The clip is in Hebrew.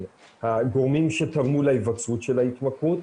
הגורמים שגרמו להיווצרות של ההתמכרות,